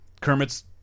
Kermit's